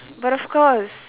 but of course